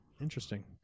Interesting